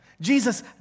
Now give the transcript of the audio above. Jesus